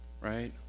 right